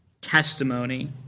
testimony